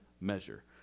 measure